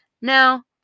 Now